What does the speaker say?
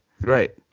Right